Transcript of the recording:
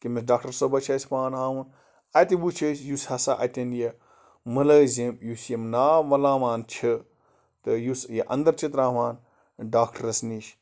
کیٚمِس doctor صٲبَس چھِ اَسہِ پان ہاوُن اَتہِ وٕچھ أسۍ یُس ہسا اتٮ۪ن یہِ مُلٲزِم یُس یِم ناو وٕلاوان چھِ تہٕ یُس یہِ انٛدَر چھِ ترٛاوان ڈاکٹَرَس نِش